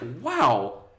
wow